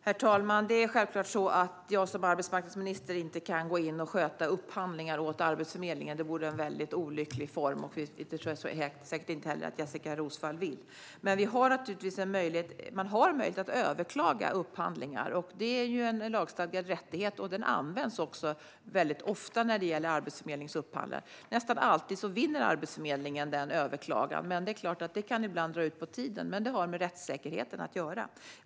Herr talman! Jag som arbetsmarknadsminister kan självfallet inte gå in och sköta upphandlingar åt Arbetsförmedlingen. Det vore en väldigt olycklig form, och ytterst är det säkert inte vad Jessika Roswall vill. Man har möjlighet att överklaga upphandlingar. Det är en lagstadgad rättighet, och den används ofta när det gäller Arbetsförmedlingens upphandlingar. Arbetsförmedlingen vinner nästan alltid vid överklaganden, men det är klart att det kan dra ut på tiden. Det har med rättssäkerheten att göra.